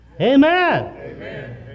Amen